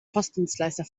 postdienstleister